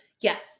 Yes